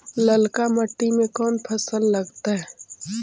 ललका मट्टी में कोन फ़सल लगतै?